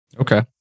Okay